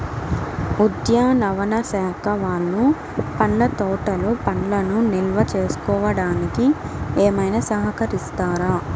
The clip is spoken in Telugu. ఉద్యానవన శాఖ వాళ్ళు పండ్ల తోటలు పండ్లను నిల్వ చేసుకోవడానికి ఏమైనా సహకరిస్తారా?